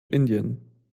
indien